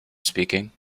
speaking